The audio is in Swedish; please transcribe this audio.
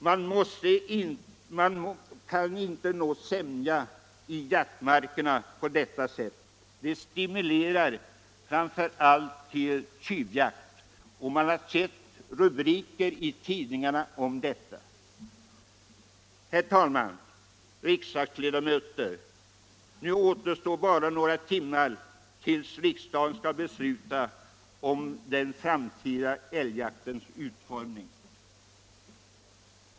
Man kan inte nå sämja i jaktmarkerna på detta sätt. Det stimulerar framför allt till tjuvjakt, och vi har sett rubriker i tidningarna om detta. Herr talman! Riksdagsledamöter! Det återstår bara några timmar tills riksdagen skall besluta om den framtida älgjaktens utformning.